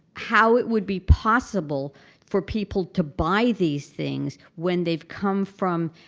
how it would be possible for people to buy these things when they've come from